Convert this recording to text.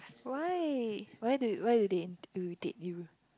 why why do why do they irritate you